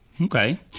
Okay